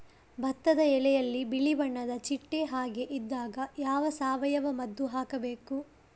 ಭತ್ತದ ಎಲೆಯಲ್ಲಿ ಬಿಳಿ ಬಣ್ಣದ ಚಿಟ್ಟೆ ಹಾಗೆ ಇದ್ದಾಗ ಯಾವ ಸಾವಯವ ಮದ್ದು ಹಾಕಬೇಕು?